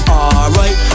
Alright